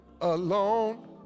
alone